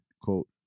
quote